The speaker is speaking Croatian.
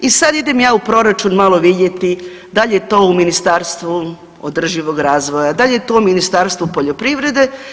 I sada idem ja u proračun malo vidjeti da li je to u Ministarstvu održivog razvoja, da li je to u Ministarstvu poljoprivrede.